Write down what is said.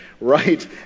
Right